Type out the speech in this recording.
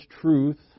truth